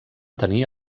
tenir